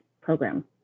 program